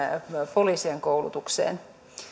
poliisien koulutukseen